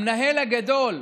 המנהל הגדול,